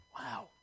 Wow